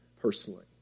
personally